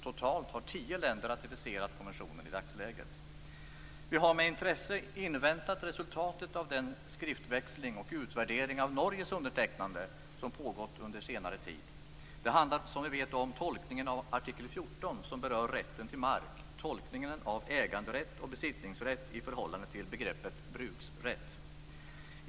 Totalt har tio länder ratificerat konventionen i dagsläget. Vi har med intresse inväntat resultatet av den skriftväxling och utvärdering av Norges undertecknande som pågått under senare tid. Det handlar som vi vet om tolkningen av artikel 14, som berör rätten till mark, tolkningen av äganderätt och besittningsrätt i förhållande till begreppet bruksrätt.